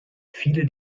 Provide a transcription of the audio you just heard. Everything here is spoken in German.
viele